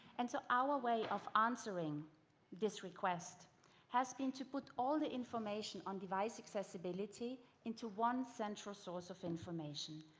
and so our way of answering this request has been to put all the information on device accessibility into one central source of information.